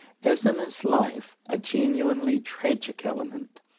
as in his life, a genuinely tragic element.